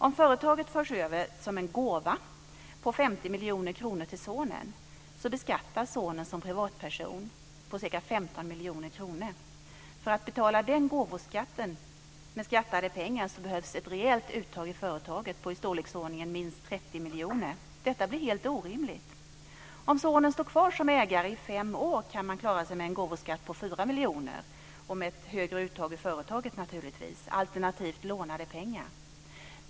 Om företaget förs över som en gåva på 50 miljoner kronor till sonen beskattas sonen som privatperson med ca 15 miljoner kronor. För att man ska kunna betala den gåvoskatten med skattade pengar behövs ett rejält uttag i företaget på i storleksordningen 30 miljoner. Detta blir helt orimligt. Om sonen står kvar som ägare i fem år kan man klara sig med en gåvoskatt på 4 miljoner och med ett högre uttag i företaget, naturligtvis, alternativt lånade pengar.